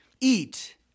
eat